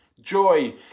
Joy